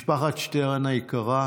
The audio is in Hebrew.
משפחת שטרן היקרה,